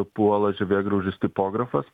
puola žievėgraužis tipografas